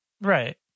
Right